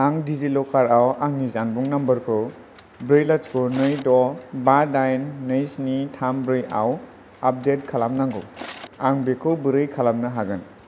आं डिजिलकाराव आंनि जानबुं नाम्बरखौ ब्रै लाथिख' नै द' बा दाइन नै स्नि थाम ब्रैआव आपडेट खालामनांगौ आं बेखौ बोरै खालामनो हागोन